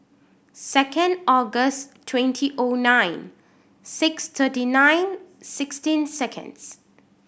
second August twenty O nine six thirty nine sixteen seconds